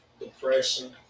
depression